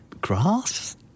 grass